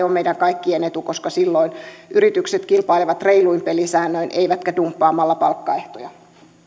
on meidän kaikkien etu koska silloin yritykset kilpailevat reiluin pelisäännöin eivätkä dumppaamalla palkkaehtoja